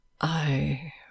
I